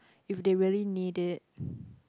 if they really need it